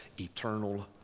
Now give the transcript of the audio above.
eternal